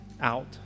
out